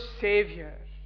Savior